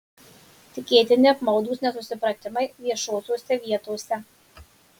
tikėtini apmaudūs nesusipratimai viešosiose vietose